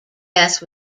death